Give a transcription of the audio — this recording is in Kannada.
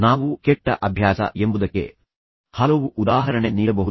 ನಾವು ಕೆಟ್ಟ ಅಭ್ಯಾಸ ಎಂಬುದಕ್ಕೆ ಹಲವು ಉದಾಹರಣೆ ನೀಡಬಹುದು